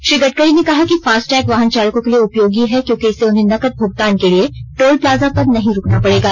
श्री गडकरी ने कहा कि फास्टैग वाहन चालकों के लिए उपयोगी है क्योंकि इससे उन्हें नकद भुगतान के लिए टोल प्लालजा पर नहीं रूकना पड़ेगा